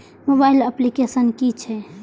Mobile application कि छै?